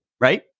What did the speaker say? right